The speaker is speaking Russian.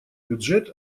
бюджет